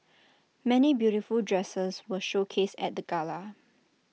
many beautiful dresses were showcased at the gala